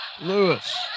Lewis